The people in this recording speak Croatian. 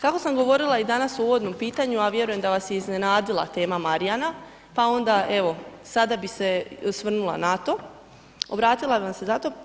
Kako sam govorila i danas u uvodnom pitanju, a vjerujem da vas je iznenadila tema Marjana pa onda evo sada bi se osvrnula na to, obratila bih vam se za to.